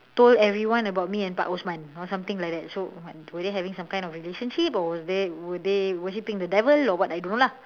told everyone about me and pak Osman or something like that so were they having some kind of relationship or were they worshiping the devil or what I don't know lah